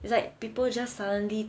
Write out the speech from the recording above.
it's like people just suddenly